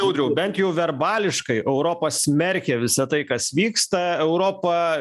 audriau bent jau verbališkai europa smerkia visa tai kas vyksta europa